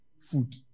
food